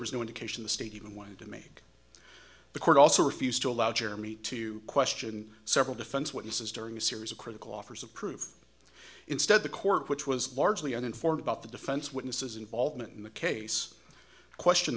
was no indication the state even wanted to make the court also refused to allow jeremy to question several defense witnesses during a series of critical offers of proof instead the court which was largely uninformed about the defense witnesses involvement in the case question